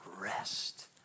rest